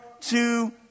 two